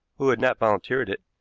who had not volunteered it,